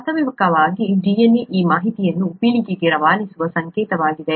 ವಾಸ್ತವವಾಗಿ DNA ಈ ಮಾಹಿತಿಯನ್ನು ಪೀಳಿಗೆಗೆ ರವಾನಿಸುವ ಸಂಕೇತವಾಗಿದೆ